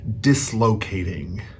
dislocating